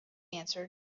answered